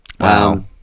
Wow